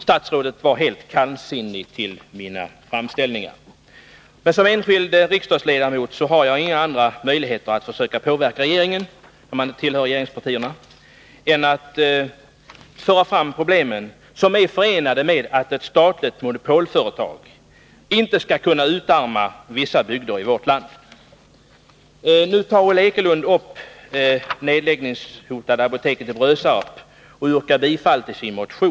Statsrådet var helt kallsinnig till mina framställningar. När man inte tillhör regeringspartierna har man som enskild riksdagsledamot inte någon annan möjlighet att försöka påverka regeringen än att föra fram krav på att statliga monopolföretag inte skall kunna utarma vissa bygder i vårt land. Nu tar Ulla Ekelund upp frågan om det nedläggningshotade apoteket i Brösarp och yrkar bifall till sin motion.